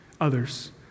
Others